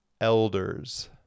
elders